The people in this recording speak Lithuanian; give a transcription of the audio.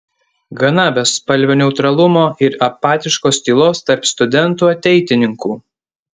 gana bespalvio neutralumo ir apatiškos tylos tarp studentų ateitininkų